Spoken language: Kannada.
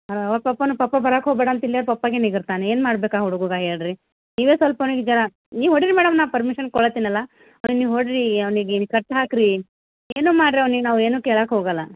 ಹಾಂ ಅವ್ರ ಪಪ್ಪನು ಪಪ್ಪ ಬರಾಕೆ ಹೋಗಬೇಡ ಅಂತ ಇಲ್ಲೇ ಪಪ್ಪಂಗೆ ನಿಗಿರ್ತಾನೆ ಏನು ಮಾಡ್ಬೇಕು ಆ ಹುಡ್ಗುಗ ಹೇಳ್ರಿ ನೀವೇ ಸ್ವಲ್ಪ ಅವ್ನಿಗೆ ಈಗ ನೀವು ಹೊಡಿರಿ ಮೇಡಮ್ ನಾ ಪರ್ಮಿಷನ್ ಕೊಡತ್ತೀನಲ್ಲ ಅವ್ನಿಗೆ ನೀವು ಹೊಡ್ರಿ ಅವ್ನಿಗೆ ನೀವು ಕಟ್ಟಿ ಹಾಕ್ರಿ ಏನು ಮಾಡ್ರಿ ಅವ್ನಿಗೆ ನಾವು ಏನು ಕೇಳಾಕೆ ಹೋಗಲ್ಲ